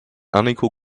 unequal